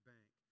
Bank